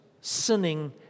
sinning